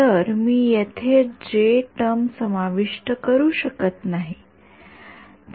तर मी येथे जे टर्म समाविष्ट करू शकत नाही